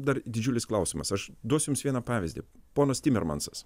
dar didžiulis klausimas aš duosiu jums vieną pavyzdį ponas timermansas